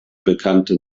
bekannte